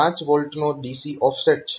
તો તમારી પાસે 5 V નો DC ઓફસેટ છે